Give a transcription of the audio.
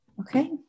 okay